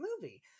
movie